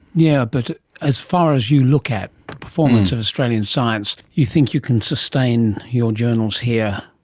yeah but as far as you look at the performance of australian science, you think you can sustain your journals here?